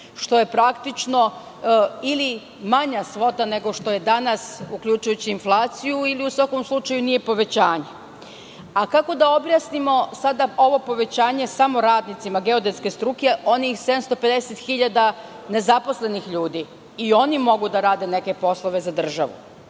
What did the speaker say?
što je praktično ili manja svota nego što je danas, uključujući inflaciju, ili u svakom slučaju nije povećanje. Kako da objasnimo sada ovo povećanje samo radnicima geodetske struke, onim 750 hiljada nezaposlenih ljudi. I oni mogu da rade neke poslove za državu. Takođe